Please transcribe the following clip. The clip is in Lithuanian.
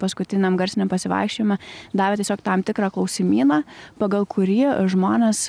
paskutiniam garsiniam pasivaikščiojime davė tiesiog tam tikrą klausimyną pagal kurį žmonės